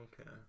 okay